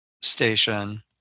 station